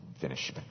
finish